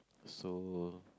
so